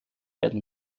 werden